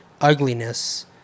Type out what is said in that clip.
ugliness